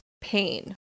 pain